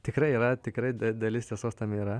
tikrai yra tikrai da dalis tiesos tame yra